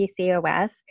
PCOS